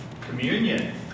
Communion